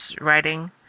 writing